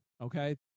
okay